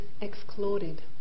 excluded